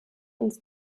uns